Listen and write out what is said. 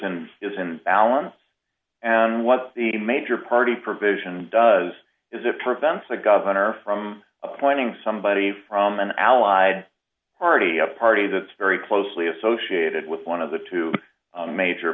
and is in allen and what the major party provision does is it prevents a governor from appointing somebody from an allied already a party that's very closely associated with one of the two major